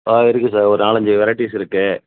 ஆ இருக்குது சார் ஒரு நாலஞ்சு வெரைட்டிஸ் இருக்குது